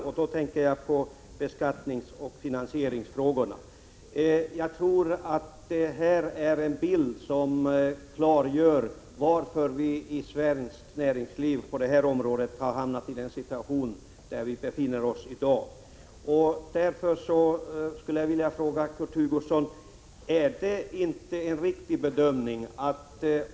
Jag tänker då på beskattningsoch finansieringsfrågorna. Jag tror att detta är en bild som klargör varför vi i svenskt näringsliv på detta område har hamnat i den situation som vi i dag befinner oss i. Jag skulle vilja ställa en fråga till Kurt Hugosson.